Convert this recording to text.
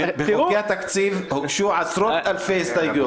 בחוקי התקציב הוגשו עשרות אלפי הסתייגויות.